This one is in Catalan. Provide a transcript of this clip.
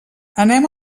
anem